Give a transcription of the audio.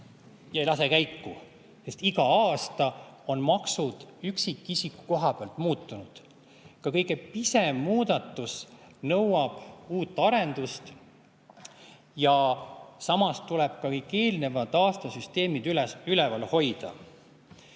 lase seda käiku. Aga iga aasta on maksud üksikisiku koha pealt muutunud. Ka kõige pisem muudatus nõuab uut arendust. Ja samas tuleb ka kõik eelnevate aastate süsteemid üleval hoida.